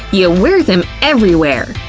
you wear them everywhere!